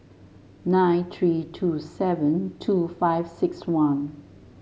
nine three two seven two five six one